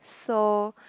so